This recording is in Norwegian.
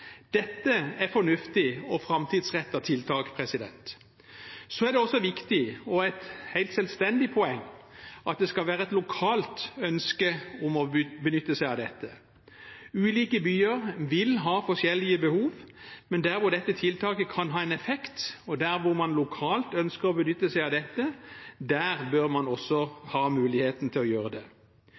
Dette er fornuftige og framtidsrettede tiltak. Det er også viktig – og et helt selvstendig poeng – at det skal være et lokalt ønske om å benytte seg av dette. Ulike byer vil ha forskjellige behov, men der hvor dette tiltaket kan ha en effekt, og der hvor man lokalt ønsker å benytte seg av dette, bør man også ha muligheten til å gjøre det.